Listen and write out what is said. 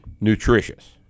nutritious